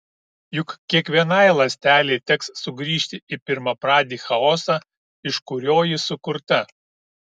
juk kiekvienai ląstelei teks sugrįžti į pirmapradį chaosą iš kurio ji sukurta